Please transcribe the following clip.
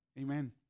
Amen